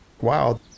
wow